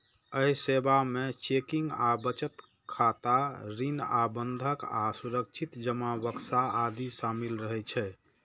एहि सेवा मे चेकिंग आ बचत खाता, ऋण आ बंधक आ सुरक्षित जमा बक्सा आदि शामिल रहै छै